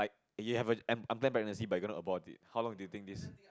if you have an an unplanned pregnancy but you gonna abort it how long do you think this